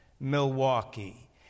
Milwaukee